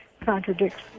contradicts